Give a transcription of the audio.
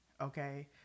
okay